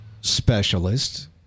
specialists